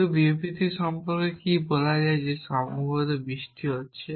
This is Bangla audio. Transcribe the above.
কিন্তু বিবৃতি সম্পর্কে কী বলা যায় যে সম্ভবত বৃষ্টি হচ্ছে